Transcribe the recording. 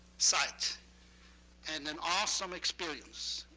sight and an awesome experience,